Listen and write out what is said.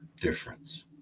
difference